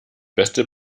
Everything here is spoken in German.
beste